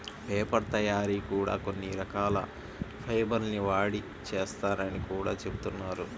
paper తయ్యారీ కూడా కొన్ని రకాల ఫైబర్ ల్ని వాడి చేత్తారని గూడా జెబుతున్నారు